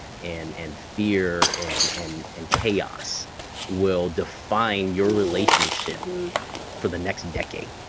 and and fear and and and chaos will define your relationship for the next decade.